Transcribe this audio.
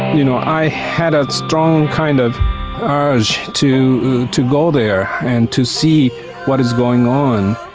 you know i had a strong kind of urge to to go there and to see what is going on,